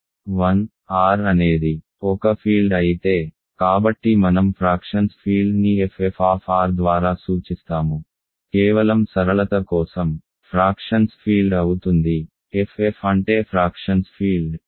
1 R అనేది ఒక field అయితే కాబట్టి మనం ఫ్రాక్షన్స్ ఫీల్డ్ని ff ఆఫ్ R ద్వారా సూచిస్తాము కేవలం సరళత కోసం ఫ్రాక్షన్స్ ఫీల్డ్ అవుతుంది ff అంటే ఫ్రాక్షన్స్ ఫీల్డ్